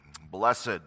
blessed